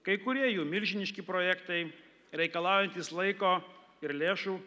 kai kurie jų milžiniški projektai reikalaujantys laiko ir lėšų